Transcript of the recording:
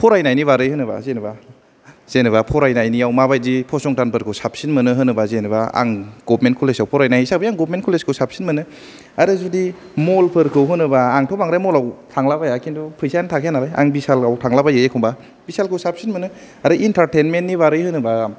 फरायनायनि बारै होनोबा जेनावबा जेनावबा फरायनायनियाव मा बायदि फसंथानफोरखौ साबसिन मोनो होनोबा जेनावबा आं गभमेन कलेजाव फरायनाय हिसाबै आं गभमेन कलेजखौ साबसिन मोनो आरो जुदि मलफोरखौ होनोबा आंथ' बांद्राय मलाव थांला बाया थिनथु फैसायानो थाखाया नालाय आं भिसालाव थांलाबायो एखमबा भिसालखौ साबसिन मोनो आरो इन्टारतेनमेननि बारै होनोब्ला